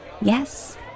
Yes